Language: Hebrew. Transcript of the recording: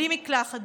בלי מקלחת,